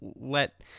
let